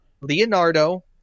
Leonardo